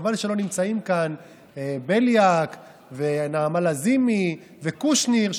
חבל שלא נמצאים כאן בליאק ונעמה לזימי וקושניר,